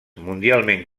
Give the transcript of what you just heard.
mundialment